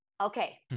okay